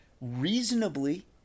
Reasonably